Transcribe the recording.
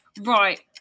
Right